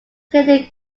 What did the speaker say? clear